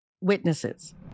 witnesses